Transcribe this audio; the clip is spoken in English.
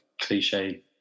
cliche